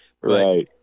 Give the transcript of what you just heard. Right